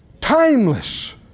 timeless